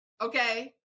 okay